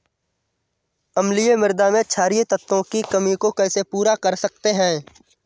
अम्लीय मृदा में क्षारीए तत्वों की कमी को कैसे पूरा कर सकते हैं?